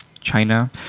China